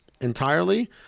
entirely